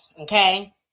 okay